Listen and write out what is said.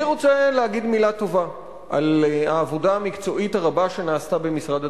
אני רוצה להגיד מלה טובה על העבודה המקצועית הרבה שנעשתה במשרד התחבורה.